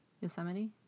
yosemite